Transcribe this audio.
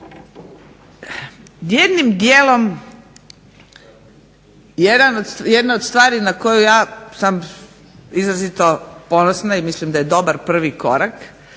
Jednim dijelom jedna od stvari na koju ja sam izrazito ponosna i mislim da je dobar prvi korak